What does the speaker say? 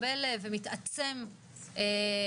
כדי שלא יהיה מצב שבו עד שאין צו זה לא מוחרג ויהיה פה